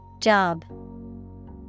Job